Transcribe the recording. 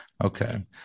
Okay